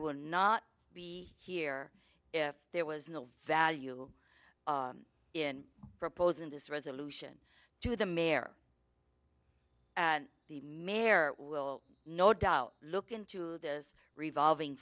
would not be here if there was no value in proposing this resolution to the mayor and the mayor will no doubt look into this revolving